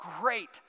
great